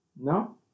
No